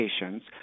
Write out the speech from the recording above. patients